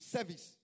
Service